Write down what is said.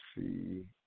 see